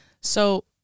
So-